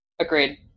Agreed